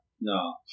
No